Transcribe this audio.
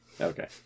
Okay